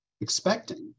expecting